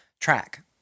track